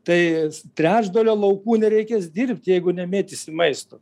tai trečdalio laukų nereikės dirbt jeigu nemėtysim maisto